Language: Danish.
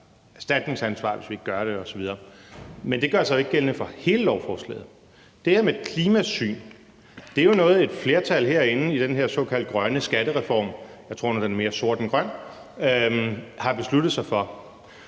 erstatningsansvar, hvis vi ikke gør det, osv. Men det gør sig jo ikke gældende for hele lovforslaget. Det her med et klimasyn er jo noget, et flertal herinde i den her såkaldt grønne skattereform – jeg tror nu, den er mere sort end grøn – har besluttet sig for,